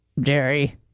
Jerry